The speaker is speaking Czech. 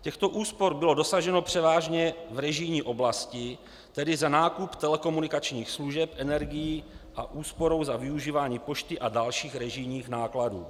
Těchto úspor bylo dosaženo převážně v režijní oblasti, tedy za nákup telekomunikačních služeb, energií a úsporou za využívání pošty a dalších režijních nákladů.